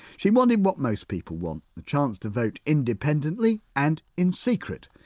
she wanted what most people want the chance to vote independently and in secret.